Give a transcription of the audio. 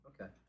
Okay